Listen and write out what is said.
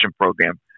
program